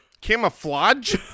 camouflage